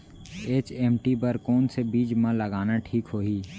HMT बर कौन से बीज मा लगाना ठीक होही?